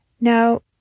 Now